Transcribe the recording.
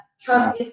Trump